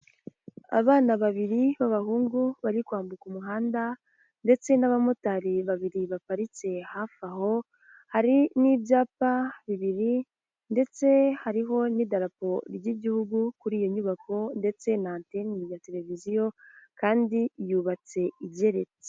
Abana babiri b'abahungu, bari kwambuka umuhanda ndetse n'abamotari babiri baparitse hafi aho, hari n'ibyapa bibiri ndetse hariho n'idarapo ry'igihugu, kuri iyo nyubako ndetse na anteni ya televiziyo kandi yubatse igeretse.